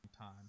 time